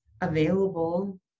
available